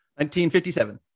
1957